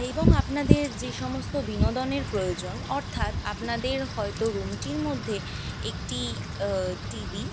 এবং আপনাদের যে সমস্ত বিনোদনের প্রয়োজন অর্থাৎ আপনাদের হয়তো রুমটির মধ্যে একটি টিভি